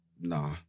Nah